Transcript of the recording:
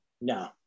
No